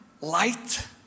light